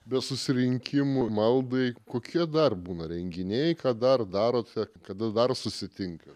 be susirinkimų maldai kokie dar būna renginiai ką dar darote kada dar susitinkat